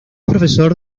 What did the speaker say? profesor